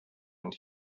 and